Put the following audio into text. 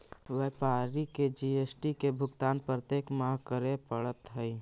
व्यापारी के जी.एस.टी के भुगतान प्रत्येक माह करे पड़ऽ हई